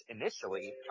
initially